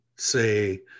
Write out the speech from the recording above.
say